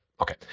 Okay